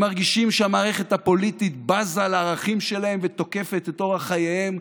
הם מרגישים שהמערכת הפוליטית בזה לערכים שלהם ותוקפת את אורח חייהם,